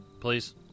Please